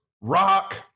rock